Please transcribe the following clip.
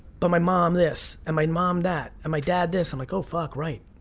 but my mom this and my mom that, and my dad this, i'm like, oh fuck right,